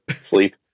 sleep